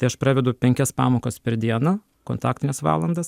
tai aš pravedu penkias pamokas per dieną kontaktines valandas